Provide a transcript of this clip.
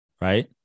right